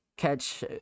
catch